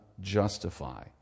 justify